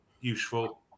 useful